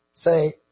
Say